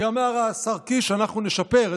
כי אמר השר קיש: אנחנו נשפר,